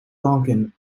lankan